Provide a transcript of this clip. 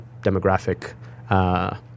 demographic